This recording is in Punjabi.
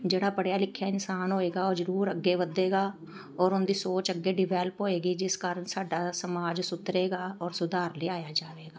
ਜਿਹੜਾ ਪੜ੍ਹਿਆ ਲਿਖਿਆ ਇਨਸਾਨ ਹੋਏਗਾ ਉਹ ਜ਼ਰੂਰ ਅੱਗੇ ਵਧੇਗਾ ਔਰ ਉਹਦੀ ਸੋਚ ਅੱਗੇ ਡਿਵੈਲਪ ਹੋਏਗੀ ਜਿਸ ਕਾਰਨ ਸਾਡਾ ਸਮਾਜ ਸੁਧਰੇਗਾ ਔਰ ਸੁਧਾਰ ਲਿਆਇਆ ਜਾਵੇਗਾ